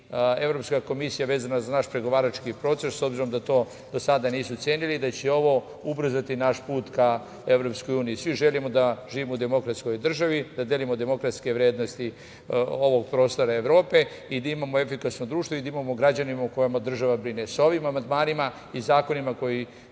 Evropska komisija vezana za naš pregovarački proces, s obzirom da to do sada nisu ocenili, da će ovo ubrzati naš put ka EU.Svi želimo da živimo u demokratskoj državi, da delimo demokratske vrednosti ovog prostora Evrope i da imamo efikasno društvo i da imamo građane o kojima država brine. Sa ovim amandmanima i zakonima koji